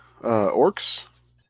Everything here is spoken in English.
orcs